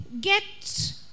get